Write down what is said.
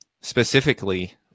specifically